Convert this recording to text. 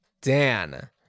Dan